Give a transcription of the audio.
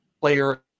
player